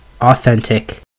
authentic